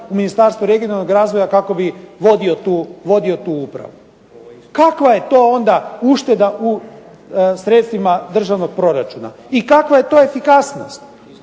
u Ministarstvu regionalnog razvoja kako bi vodio tu upravu. Kakva je to onda ušteda u sredstvima državnog proračuna i kakva je to efikasnost?